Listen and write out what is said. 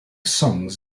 songs